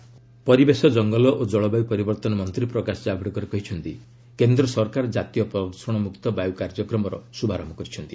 LS national clear air ପରିବେଶ ଜଙ୍ଗଲ ଓ ଜଳବାୟୁ ପରିବର୍ତ୍ତନ ମନ୍ତ୍ରୀ ପ୍ରକାଶ ଜାଭେଡ୍କର କହିଛନ୍ତି କେନ୍ଦ୍ର ସରକାର ଜାତୀୟ ପ୍ରଦ୍ଷଣମୁକ୍ତ ବାୟୁ କାର୍ଯ୍ୟକ୍ରମର ଶୁଭାରମ୍ଭ କରିଛନ୍ତି